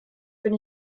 bin